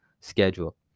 schedule